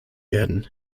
werden